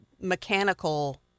mechanical